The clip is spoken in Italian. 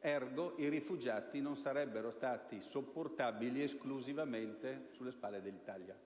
perché i rifugiati non sarebbero stati sopportabili esclusivamente dall'Italia.